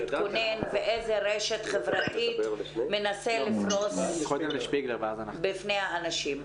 איזה רשת חברתית הוא מנסה לפרוס בפני האנשים.